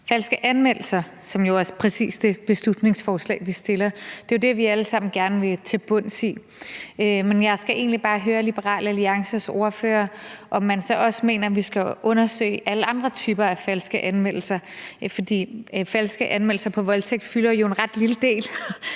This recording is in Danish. falske anmeldelser, og det er jo præcis det, vores beslutningsforslag handler om. Det er jo det, vi alle sammen gerne vil til bunds i. Men jeg skal egentlig bare høre Liberal Alliances ordfører, om man så også mener, at vi skal undersøge alle andre typer falske anmeldelser, for falske anmeldelser om voldtægt udgør jo en ret at lille andel af